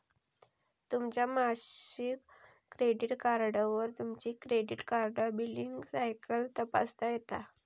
तुमच्या मासिक क्रेडिट कार्डवर तुमची क्रेडिट कार्ड बिलींग सायकल तपासता येता